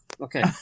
Okay